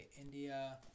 India